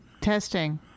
testing